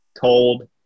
told